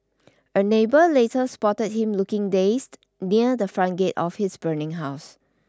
a neighbour later spotted him looking dazed near the front gate of his burning house